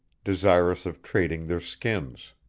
desirous of trading their skins.